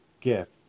gift